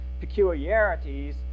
peculiarities